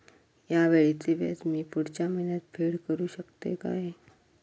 हया वेळीचे व्याज मी पुढच्या महिन्यात फेड करू शकतय काय?